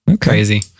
Crazy